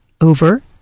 over